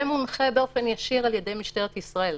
ומונחה באופן ישיר על ידי משטרת ישראל,